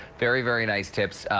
very, very nice tips.